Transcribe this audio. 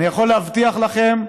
אני יכול להבטיח לכם,